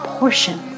portion